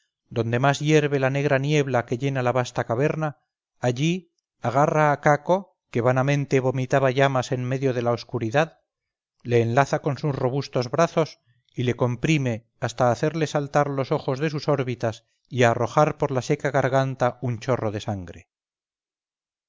donde más hierve la negra niebla que llena la vasta caverna allí agarra a caco que vanamente vomitaba llamas en medio de la oscuridad le enlaza con sus robustos brazos y le comprime hasta hacerle saltar los ojos de sus órbitas y arrojar por la seca garganta un chorro de sangre